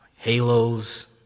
Halos